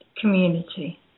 community